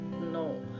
No